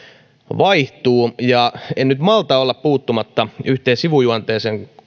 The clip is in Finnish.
vaihtuu en nyt malta olla puuttumatta yhteen sivujuonteeseen